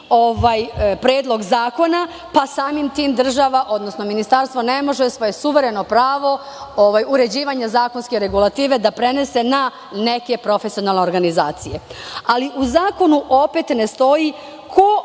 predlog zakona, pa samim tim država, odnosno Ministarstvo, ne može svoje suvereno pravo uređivanja zakonske regulative, da prenese na neke prefesionalne organizacije. Ali, u zakonu opet ne stoji ko